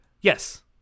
yes